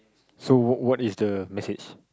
so what what is the message